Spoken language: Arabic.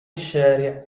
الشارع